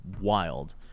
wild